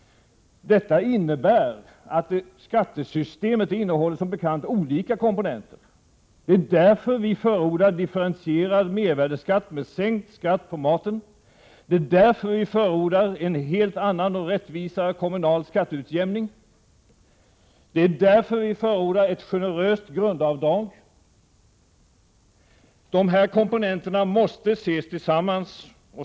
Skattesystemet innehåller som bekant olika komponenter. Det är därför vi förordar differentierade mervärdeskatter med sänkt skatt på mat. Det är därför vi förordar en helt annan och rättvisare kommunal skatteutjämning. Det är därför vi förordar ett generöst grundavdrag. Dessa komponenter måste ses tillsammans.